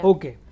Okay